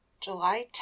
July